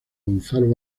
gonzalo